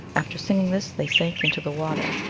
after singing this they sank into the water.